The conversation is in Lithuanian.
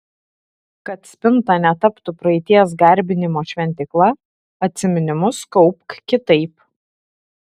kad spinta netaptų praeities garbinimo šventykla atsiminimus kaupk kitaip